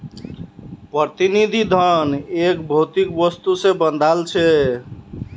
प्रतिनिधि धन एक भौतिक वस्तु से बंधाल छे